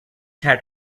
had